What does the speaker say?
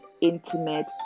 intimate